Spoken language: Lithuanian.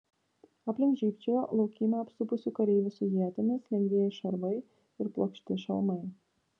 aplink žybčiojo laukymę apsupusių kareivių su ietimis lengvieji šarvai ir plokšti šalmai